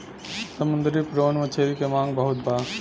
समुंदरी प्रोन मछली के मांग बहुत बा